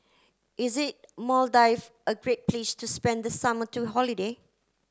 is it Maldives a great place to spend the summer to holiday